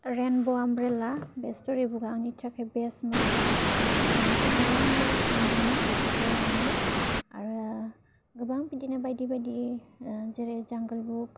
रेनब' umbrella बे story बुकआ आंनि थाखाय बेस्टमोन गोबां नलेड्ज मोनदोंमोन बेखौ फरायनानै आरो गाबां बिदिनो बायदि बायदि जेरै जांगोल बुक